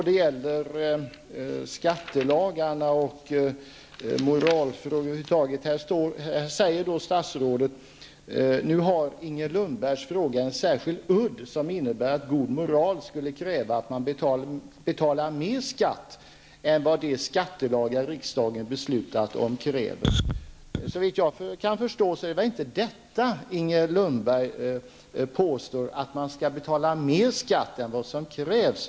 Det gäller skattelagarna och moralfrågor över huvud taget. Statsrådet säger: ''Nu har Inger Lundbergs fråga en särskild udd, som innebär att god moral skulle kräva att man betalar mer skatt än vad de skattelagar riksdagen beslutat om kräver.'' Såvitt jag förstår påstår Inger Lundberg inte att man skall betala mer skatt än vad som krävs.